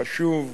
החשוב,